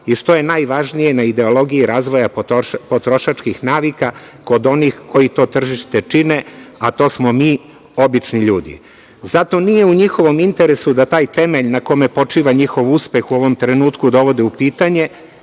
i, što je najvažnije, na ideologiji razvoja potrošačkih navika kod onih koji to tržište čine, a to smo mi, obični ljudi. Zato nije u njihovom interesu da taj temelj na kome počiva njihov uspeh u ovom trenutku dovode u pitanje